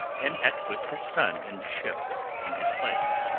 and had put his son in the ship in his place.